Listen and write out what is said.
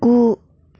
गु